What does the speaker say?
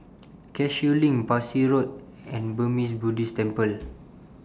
Cashew LINK Parsi Road and Burmese Buddhist Temple